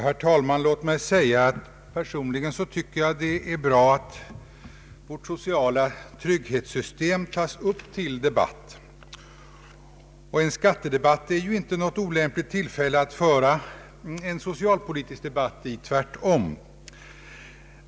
Herr talman! Låt mig säga att jag personligen tycker att det är bra att vårt sociala trygghetssystem tas upp till debatt. Och en skattedebatt är inte något olämpligt tillfälle att föra en socialpolitisk debatt vid. Tvärtom!